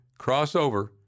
Crossover